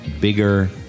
bigger